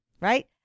right